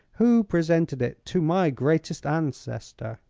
who presented it to my greatest ancestor.